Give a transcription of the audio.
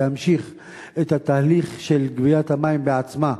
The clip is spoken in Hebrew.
להמשיך את התהליך של גביית המים בעצמה,